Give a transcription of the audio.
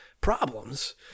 problems